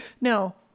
No